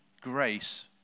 grace